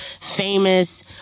famous